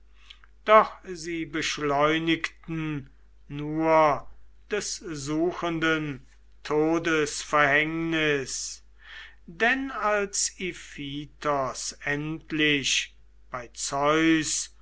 doch sie beschleunigten nur des suchenden todesverhängnis denn als iphitos endlich bei zeus